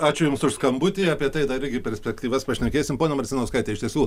ačiū jums už skambutį apie tai dar irgi perspektyvas pašnekėsim ponia marcinauskaitė iš tiesų